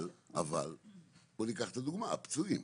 אבל הפצועים